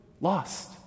lost